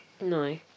no